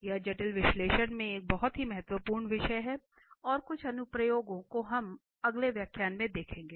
यह जटिल विश्लेषण में एक बहुत ही महत्वपूर्ण विषय है और कुछ अनुप्रयोगों को हम अगले व्याख्यान में देखेंगे